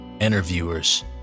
Interviewers